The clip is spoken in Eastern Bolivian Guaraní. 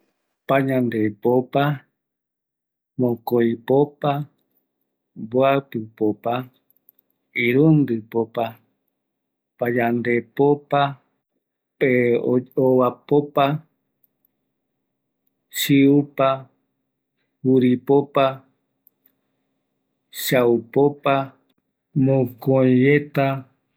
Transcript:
Mbaetɨ, payandepopa, mokoipopa, mboapɨpopa, irundɨpopa, pandepopopa, ovapopa, chiupapopa, juripopa chaupapopa